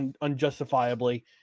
unjustifiably